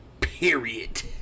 Period